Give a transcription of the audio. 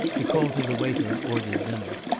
he called to the waiter and ordered dinner.